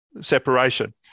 separation